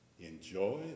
enjoy